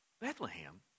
Bethlehem